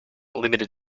limited